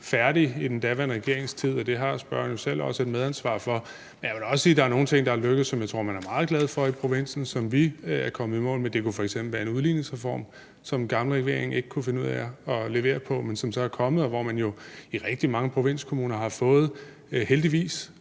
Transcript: færdig i den daværende regerings tid, og det har spørgeren jo selv også et medansvar for, men jeg vil da også sige, at der er nogle ting, der er lykkedes, som jeg tror man er meget glad for i provinsen, og som vi er kommet i mål med. Det kunne f.eks. være en udligningsreform, som den gamle regering ikke kunne finde ud af at levere på, men som så er kommet, og hvor man jo i rigtig mange provinskommuner heldigvis